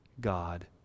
God